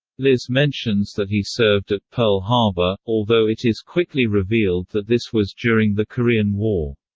liz mentions that he served at pearl harbor, although it is quickly revealed that this was during the korean war.